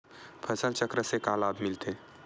फसल चक्र से का लाभ मिलथे?